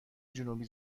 جنوبی